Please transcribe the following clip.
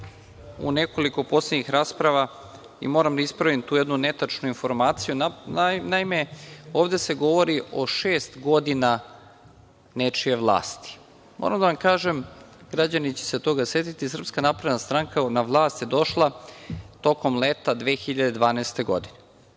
u nekoliko poslednjih rasprava i moram da ispravim tu jednu netačnu informaciju. Naime, ovde se govori o šest godina nečije vlasti. Moram da vam kažem, građani će se toga setiti, SNS na vlast je došla tokom leta 2012. godine.